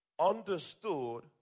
understood